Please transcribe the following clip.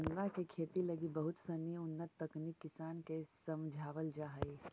गेंदा के खेती लगी बहुत सनी उन्नत तकनीक किसान के समझावल जा हइ